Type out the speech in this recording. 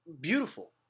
Beautiful